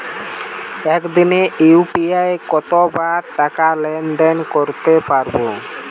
একদিনে ইউ.পি.আই কতবার টাকা লেনদেন করতে পারব?